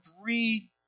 three